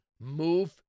move